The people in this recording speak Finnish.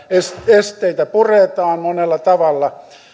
esteitä puretaan monella tavalla